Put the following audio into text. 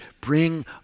bring